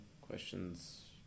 questions